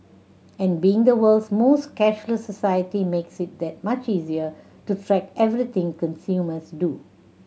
and being the world's most cashless society makes it that much easier to track everything consumers do